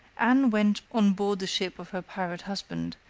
anne went on board the ship of her pirate husband,